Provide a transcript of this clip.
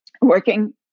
working